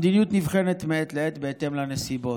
המדיניות נבחנת מעת לעת בהתאם לנסיבות.